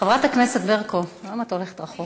חברת הכנסת ברקו, למה את הולכת רחוק?